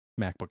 MacBook